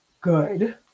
Good